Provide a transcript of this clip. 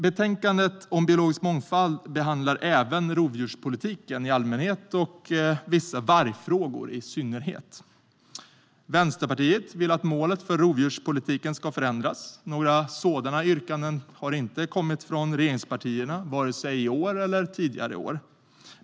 Betänkandet om biologisk mångfald behandlar även rovdjurspolitiken i allmänhet och vissa vargfrågor i synnerhet. Vänsterpartiet vill att målet för rovdjurspolitiken ska förändras. Några sådana yrkanden har inte kommit från regeringspartierna, vare sig i år eller tidigare år.